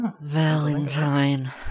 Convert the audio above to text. Valentine